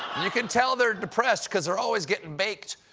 you can tell they're depressed, because they're always getting baked.